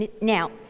now